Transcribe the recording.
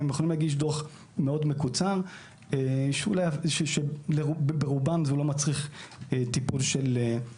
הם יכולים להגיש דוח מקוצר מאוד שרובם לא מצריך טיפול של מייצג,